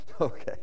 Okay